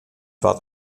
wat